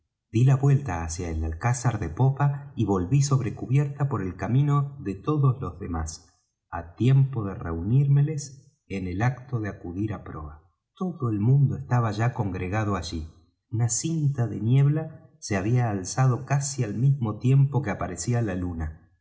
dí la vuelta hacia el alcázar de popa y volví sobre cubierta por el camino de todos los demás á tiempo de reunírmeles en el acto de acudir á proa todo el mundo estaba ya congregado allí una cinta de niebla se había alzado casi al mismo tiempo que aparecía la luna